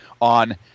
on